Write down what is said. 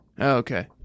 Okay